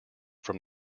from